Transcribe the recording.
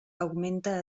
augmenta